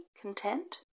content